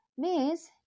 Miss